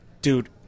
Dude